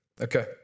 Okay